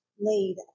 laid